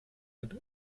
mit